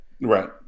Right